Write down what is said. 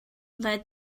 led